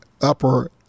upper